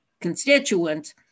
constituents